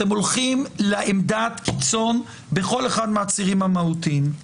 אתם הולכים לעמדת קיצון בכל אחד מהצירים המהותיים.